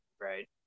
right